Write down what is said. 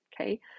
okay